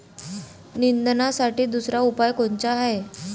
निंदनासाठी दुसरा उपाव कोनचा हाये?